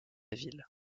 ville